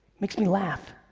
makes me laugh.